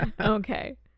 Okay